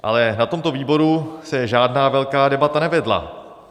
Ale na tomto výboru se žádná velká debata nevedla.